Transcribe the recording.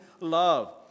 love